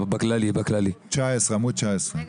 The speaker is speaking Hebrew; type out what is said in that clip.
ערן,